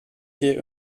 keer